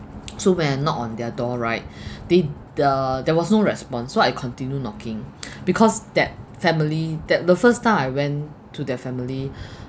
so when I knocked on their door right they uh there was no response so I continued knocking because that family that the first time I went to that family